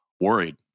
worried